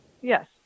Yes